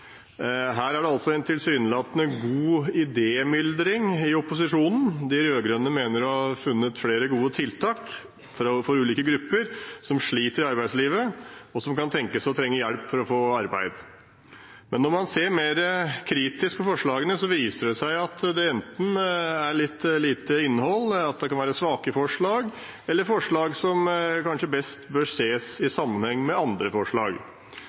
Her er det altså en tilsynelatende god idémyldring i opposisjonen. De rød-grønne mener å ha funnet flere gode tiltak for ulike grupper som sliter i arbeidslivet, og som kan tenkes å trenge hjelp for å få arbeid. Men når man ser mer kritisk på forslagene, viser det seg at det enten er litt lite innhold, at det kan være svake forslag, eller det kan være forslag som kanskje best bør ses i sammenheng med andre forslag.